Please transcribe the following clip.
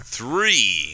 three